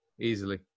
Easily